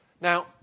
Now